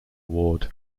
ward